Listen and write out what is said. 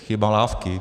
Chyba lávky.